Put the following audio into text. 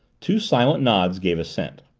two silent nods gave assent.